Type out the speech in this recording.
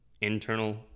internal